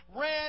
Ran